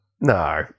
no